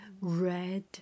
red